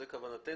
זו הכוונה שלנו,